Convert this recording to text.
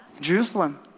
Jerusalem